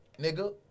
nigga